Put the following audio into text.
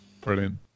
Brilliant